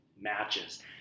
matches